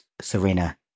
Serena